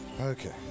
Okay